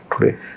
today